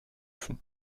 fond